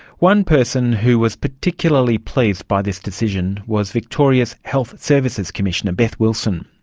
one person who was particularly pleased by this decision was victoria's health services commissioner, beth wilson.